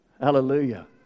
Hallelujah